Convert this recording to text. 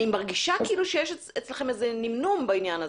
אני מרגישה כאילו שיש אצלכם איזשהו נמנום בעניין הזה.